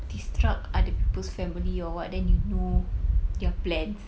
disrupt other people's family or [what] then you know their plans